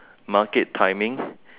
market timing